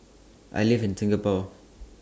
I live in Singapore